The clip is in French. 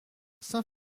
saint